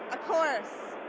a course?